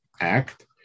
act